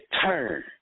turn